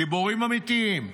גיבורים אמיתיים,